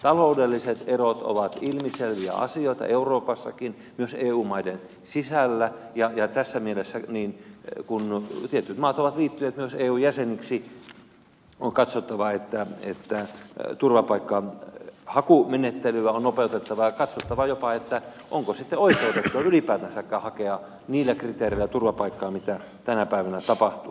taloudelliset erot ovat ilmiselviä asioita euroopassakin myös eu maiden sisällä ja tässä mielessä kun tietyt maat ovat liittyneet myös eun jäseniksi on katsottava että turvapaikkahakumenettelyä on nopeutettava ja katsottava jopa onko sitten oikeutettua ylipäätänsäkään hakea niillä kriteereillä turvapaikkaa mitä tänä päivänä tapahtuu